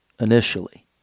initially